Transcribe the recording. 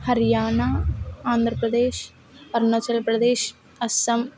Haryana Andhra Pradesh Arunachal Pradesh Assam